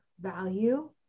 value